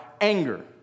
anger